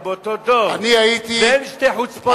אנחנו באותו דור ואין שתי חוצפות באותו דור.